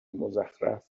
مزخرف